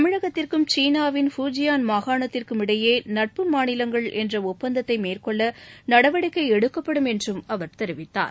தமிழகத்திற்கும் சீனாவின் ஃபூஜியான் மாகாணத்திற்கும் இடையே நட்பு மாநிலங்கள் என்ற ஒட்பந்தத்தை மேற்கொள்ள நடவடிக்கை எடுக்கப்படும் என்றும் அவர் தெரிவித்தார்